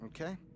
Okay